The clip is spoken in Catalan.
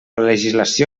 legislació